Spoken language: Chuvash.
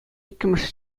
иккӗмӗш